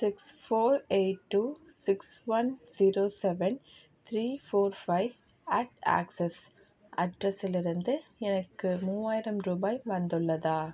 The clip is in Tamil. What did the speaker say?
six four eight two six one zero seven three four five at access அட்ரஸிலிருந்து எனக்கு மூவாயிரம் ரூபாய் வந்துள்ளதா